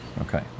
Okay